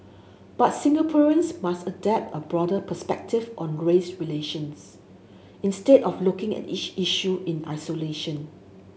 but Singaporeans must adapt a broader perspective on grace relations instead of looking at each issue in isolation